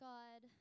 God